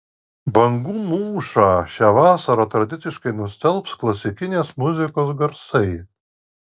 bangų mūšą šią vasarą tradiciškai nustelbs klasikinės muzikos garsai